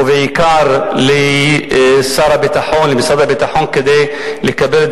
השאלה שאני שואל כל